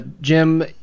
Jim